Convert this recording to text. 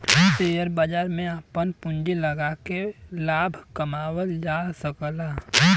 share बाजार में आपन पूँजी लगाके लाभ कमावल जा सकला